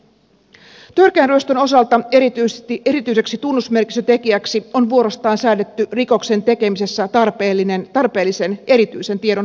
törkeän ryöstön osalta erityiseksi tunnusmerkistötekijäksi on vuorostaan säädetty rikoksen tekemisessä tarpeellisen erityisen tiedon hankkiminen